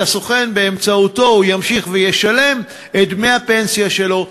הסוכן שבאמצעותו הוא ימשיך וישלם את דמי הפנסיה שלו.